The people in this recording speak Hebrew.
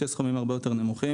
יש סכומים הרבה יותר נמוכים.